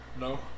No